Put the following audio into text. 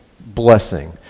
blessing